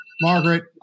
Margaret